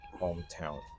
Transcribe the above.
Hometown